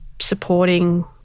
supporting